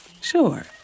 Sure